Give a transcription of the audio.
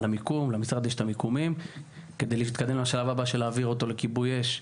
המיקום כדי להתקדם לשלב הבא של להעביר אותו לכיבוי אש,